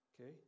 Okay